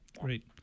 Great